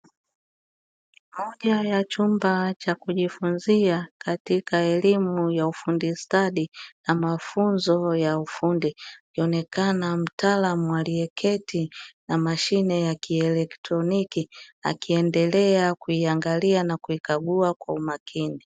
Moja ya chumba chakujifunzia katika elimu ya ufundi stadi na mafunzo ya ufundi kunaonekana mtaaramu aliyeketi na mashine yakielectroniki akiendelea kuiangalia na kuikagua kwa umakini